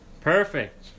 Perfect